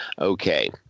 Okay